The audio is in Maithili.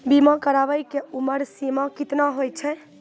बीमा कराबै के उमर सीमा केतना होय छै?